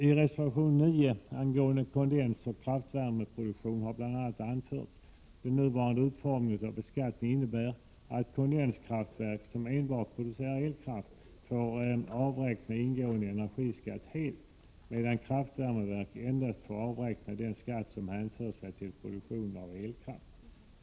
I reservation 9 angående kondenskraftsoch kraftvärmeproduktion har bl.a. anförts att den nuvarande utformningen av beskattningen innebär att kondenskraftverk som enbart producerar elkraft får avräkna ingående energiskatt helt, medan kraftvärmeverk endast får avräkna den skatt som hänför sig till produktion av elkraft.